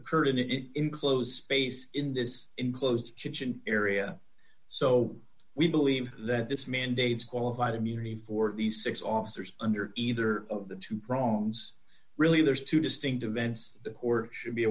occurred in an enclosed space in this enclosed area so we believe that this mandates qualified immunity for these six officers under either of the two prongs really there's two distinct events the court should be